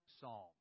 Psalm